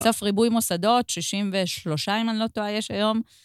סוף ריבוי מוסדות, 63, אם אני לא טועה, יש היום.